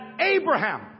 Abraham